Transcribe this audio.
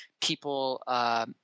people –